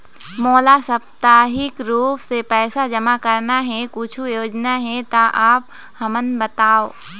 मोला साप्ताहिक रूप से पैसा जमा करना हे, कुछू योजना हे त आप हमन बताव?